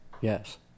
Yes